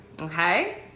okay